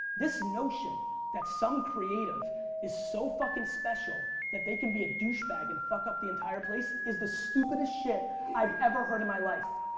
this notion that some creative is so fucking special that they can be a douche bag and fuck up the entire place is the stupidest shit i've ever heard in my life.